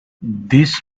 this